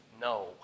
No